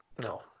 No